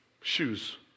Shoes